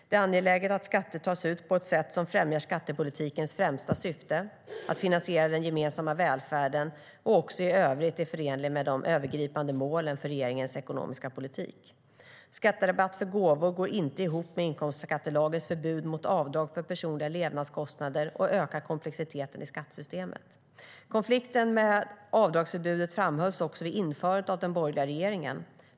Det är angeläget att skatter tas ut på ett sätt som främjar skattepolitikens främsta syfte, att finansiera den gemensamma välfärden, och också i övrigt är förenligt med de övergripande målen för regeringens ekonomiska politik. Skatterabatt för gåvor går inte ihop med inkomstskattelagens förbud mot avdrag för personliga levnadskostnader och ökar komplexiteten i skattesystemet. Konflikten med avdragsförbudet framhölls också vid införandet av den borgerliga regeringen.